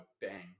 bang